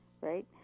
right